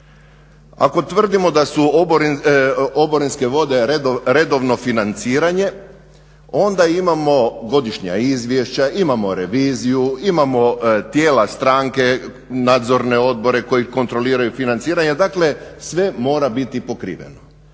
Ako tvrdimo da su oborinske vode redovno financiranje onda imamo godišnja izvješća, imamo reviziju, imamo tijela stranke, nadzorne odbore koji kontroliraju financiranje dakle sve mora biti pokriveno.